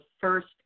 first